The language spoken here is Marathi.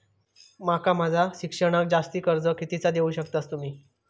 माका माझा शिक्षणाक जास्ती कर्ज कितीचा देऊ शकतास तुम्ही?